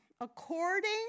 According